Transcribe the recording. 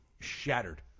shattered